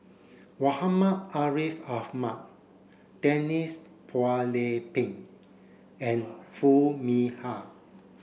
Muhammad Ariff Ahmad Denise Phua Lay Peng and Foo Mee Har